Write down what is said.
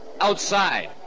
Outside